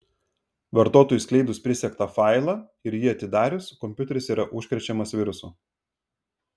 vartotojui išskleidus prisegtą failą ir jį atidarius kompiuteris yra užkrečiamas virusu